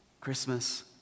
Christmas